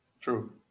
True